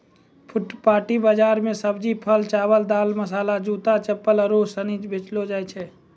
फुटपाटी बाजार मे सब्जी, फल, चावल, दाल, मसाला, जूता, चप्पल आरु सनी बेचलो जाय छै